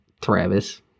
Travis